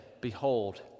behold